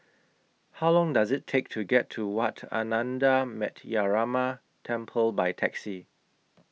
How Long Does IT Take to get to Wat Ananda Metyarama Temple By Taxi